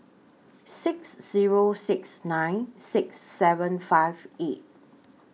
six Zero six nine six seven five eight